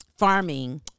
Farming